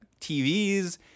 TVs